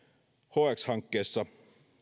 hx hankkeessa